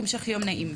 המשך יום נעים.